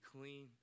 clean